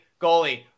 goalie